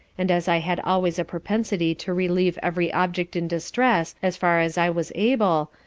and as i had always a propensity to relieve every object in distress as far as i was able,